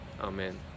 Amen